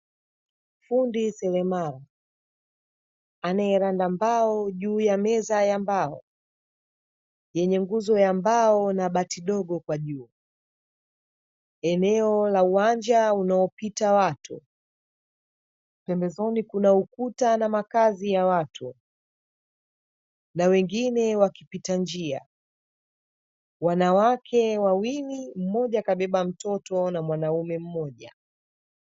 Fundi seremala anayeranda mbao juu ya meza ya mbao yenye nguzo ya mbao na bati dogo kwa juu. Eneo la uwanja unaopita watu pembezoni kuna ukuta na makazi ya watu na wengine wakipita njia, wanawake wawili; mmoja kabeba mtoto na mwanaume mmoja.